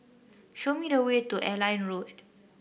show me the way to Airline Road